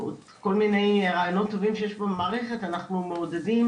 כל מיני רעיונות טובים שיש במערכת אנחנו מעודדים